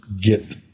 get